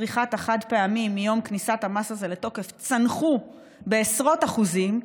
צריכת החד-פעמי מיום כניסת המס הזה לתוקף צנחה בעשרות אחוזים,